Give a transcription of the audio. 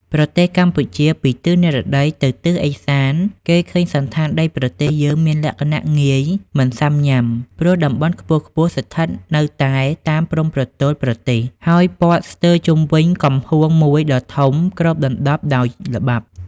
ប្រទេសកម្ពុជា ពីទិសនិរដីទៅទិស ឦសានគេឃើញសណ្ឋានដីប្រទេសយើងមានលក្ខណៈងាយ មិនសាំញាំ ព្រោះតំបន់ខ្ពស់ៗស្ថិតនៅ តែតាមព្រំប្រទល់ប្រទេសហើយព័ទ្ធស្ទើរជុំវិញកំហួងមួយដ៏ធំគ្របដណ្តប់ដោយល្បាប់។